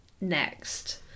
next